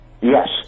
Yes